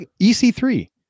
EC3